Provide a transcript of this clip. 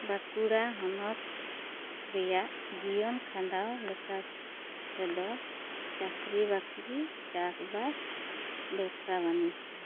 ᱵᱟᱸᱠᱩᱲᱟ ᱦᱚᱱᱚᱛ ᱨᱮᱭᱟᱜ ᱡᱤᱭᱚᱱ ᱠᱷᱟᱸᱰᱟᱣ ᱞᱮᱠᱟᱛᱮ ᱫᱚ ᱪᱟᱹᱠᱨᱤ ᱵᱟᱹᱠᱨᱤ ᱪᱟᱥ ᱵᱟᱥ ᱵᱮᱯᱥᱟ ᱵᱟᱹᱱᱤᱡᱽᱡᱚ